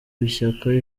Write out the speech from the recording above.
b’ishyaka